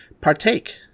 partake